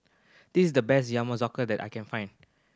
this is the best Yakizakana that I can find